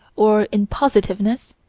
or impositiveness,